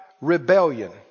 rebellion